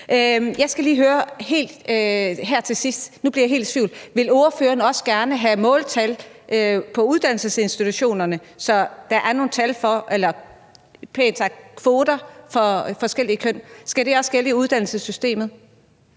jeg lige høre, for nu blev jeg helt i tvivl: Vil ordføreren også gerne have måltal på uddannelsesinstitutionerne, så der er nogle kvoter for forskellige køn – skal det også gælde i uddannelsessystemet?